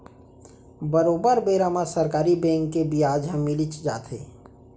बरोबर बेरा म सरकारी बेंक के बियाज ह मिलीच जाथे